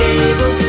able